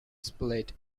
split